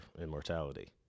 immortality